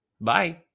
Bye